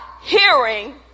hearing